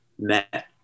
met